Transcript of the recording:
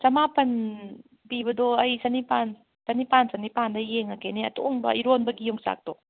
ꯆꯃꯥꯄꯟ ꯄꯤꯕꯗꯣ ꯑꯩ ꯆꯥꯅꯤꯄꯥꯟ ꯆꯥꯅꯤꯄꯥꯟ ꯆꯥꯅꯤꯄꯥꯟꯗ ꯌꯦꯡꯉꯒꯦꯅꯦ ꯑꯇꯣꯡꯕ ꯏꯔꯣꯟꯕꯒꯤ ꯌꯣꯡꯆꯥꯛꯇꯣ